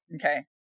Okay